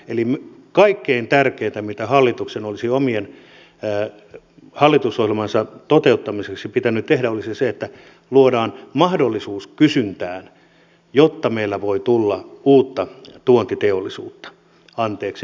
eli kaikkein tärkeintä mitä hallituksen olisi oman hallitusohjelmansa toteuttamiseksi pitänyt tehdä olisi se että luodaan mahdollisuus kysyntään jotta meillä voi tulla uutta vientiteollisuutta